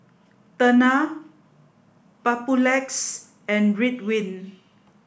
Tena Papulex and Ridwind